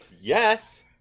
Yes